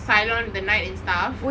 Cylon the night and stuff